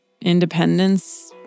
independence